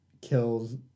kills